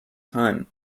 time